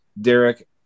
Derek